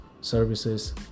services